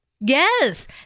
yes